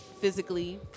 physically